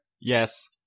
Yes